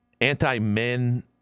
anti-men